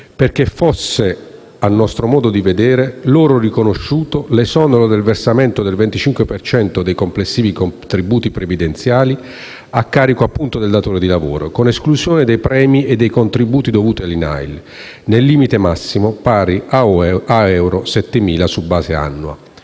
- a nostro modo di vedere - l'esonero del versamento del 25 per cento dei complessivi contributi previdenziali a carico appunto del datore di lavoro, con esclusione dei premi e contributi dovuti all'INAIL, nel limite massimo pari a euro 7.000 su base annua.